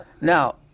Now